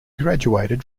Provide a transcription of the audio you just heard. graduated